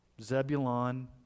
Zebulon